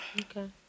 Okay